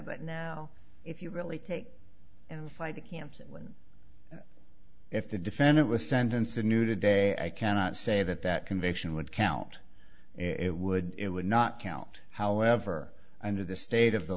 but now if you really take and fight the camps when if the defendant was sentenced in new to day i cannot say that that conviction would count it would it would not count however under the state of the